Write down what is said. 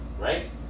Right